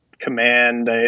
command